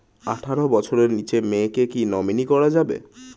আঠারো বছরের নিচে মেয়েকে কী নমিনি করা যাবে?